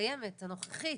הקיימת הנוכחית